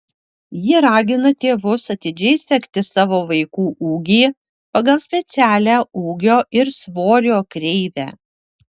ji ragina tėvus atidžiai sekti savo vaikų ūgį pagal specialią ūgio ir svorio kreivę